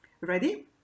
Ready